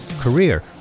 career